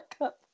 up